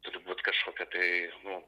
turi būt kažkokia tai nu